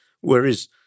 whereas